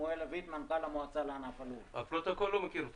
הפרוטוקול לא מכיר אותך.